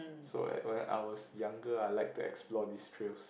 so uh when I was younger I like to explore these trails